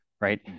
right